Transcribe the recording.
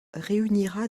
réunira